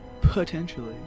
Potentially